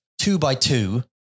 two-by-two